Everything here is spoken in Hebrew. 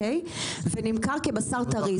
ונמכר כבשר טרי,